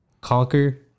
Conquer